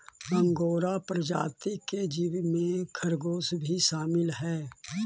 angora प्रजाति के जीव में खरगोश भी शामिल हई